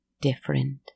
different